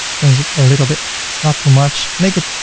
change it a little bit not too much. make it,